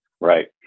right